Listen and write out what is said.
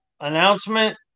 announcement